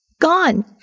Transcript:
Gone